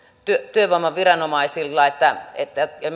työvoimaviranomaisilla ja